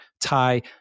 tie